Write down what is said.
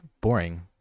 boring